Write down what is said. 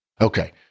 Okay